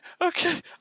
okay